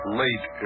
late